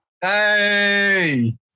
hey